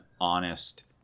honest